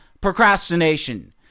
Procrastination